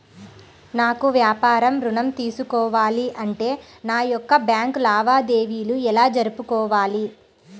నాకు వ్యాపారం ఋణం తీసుకోవాలి అంటే నా యొక్క బ్యాంకు లావాదేవీలు ఎలా జరుపుకోవాలి?